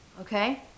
Okay